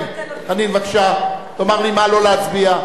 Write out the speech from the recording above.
חנין, בבקשה תאמר לי מה לא להצביע.